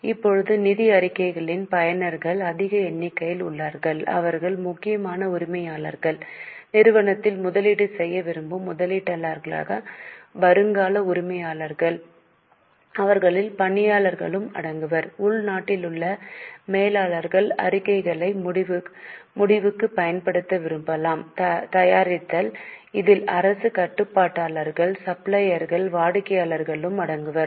இப்போது நிதி அறிக்கையின் பயனர்கள் அதிக எண்ணிக்கையில் உள்ளனர் அவர்கள் முக்கியமாக உரிமையாளர்கள் நிறுவனத்தில் முதலீடு செய்ய விரும்பும் முதலீட்டாளர்களான வருங்கால உரிமையாளர்கள் அவர்களில் பணியாளர்களும் அடங்குவர் உள்நாட்டிலுள்ள மேலாளர்கள் அறிக்கைகளை முடிவுக்கு பயன்படுத்த விரும்பலாம் தயாரித்தல் இதில் அரசு கட்டுப்பாட்டாளர்கள் சப்ளையர்கள் வாடிக்கையாளர்களும் அடங்குவர்